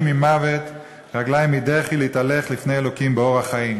ממות הלא רגלי מדחי להתהלך לפני אלוקים באור החיים".